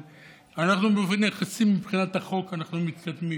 באופן יחסי, מבחינת החוק, אנחנו מתקדמים.